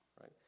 right